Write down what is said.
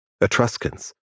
Etruscans